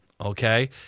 Okay